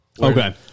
Okay